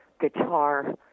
guitar